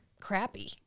crappy